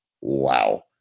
wow